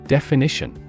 Definition